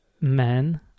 men